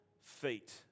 Feet